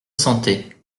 santé